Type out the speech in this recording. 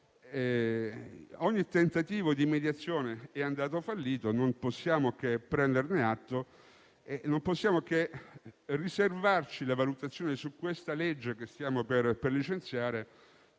Ogni tentativo di mediazione è andato fallito; non possiamo che prenderne atto e riservarci la valutazione sul disegno di legge che stiamo per licenziare.